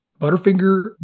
Butterfinger